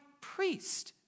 priest